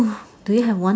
do you have one